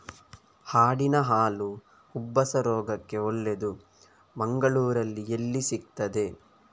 ಆಡಿನ ಹಾಲು ಉಬ್ಬಸ ರೋಗಕ್ಕೆ ಒಳ್ಳೆದು, ಮಂಗಳ್ಳೂರಲ್ಲಿ ಎಲ್ಲಿ ಸಿಕ್ತಾದೆ?